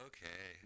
Okay